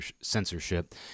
censorship